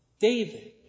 David